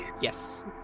Yes